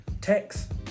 Text